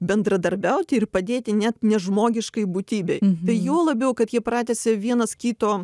bendradarbiauti ir padėti net nežmogiškai būtybei tai juo labiau kad jie pratęsia vienas kito